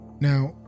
Now